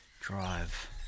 drive